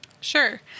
Sure